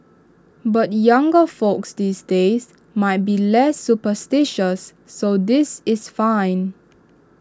but younger folks these days might be less superstitious so this is fine